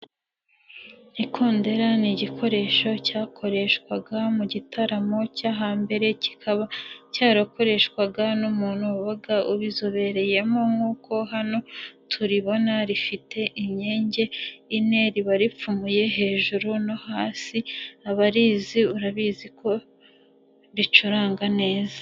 Ikondera ni igikoresho cyakoreshwaga mu gitaramo cyo hambere kikaba cyarakoreshwaga n'umuntu wabaga ubizobereyemo nk'uko hano turibona rifite imyenge ine riba ripfumuye hejuru no hasi abarizi urabizi ko ricuranga neza.